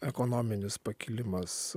ekonominis pakilimas